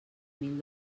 mil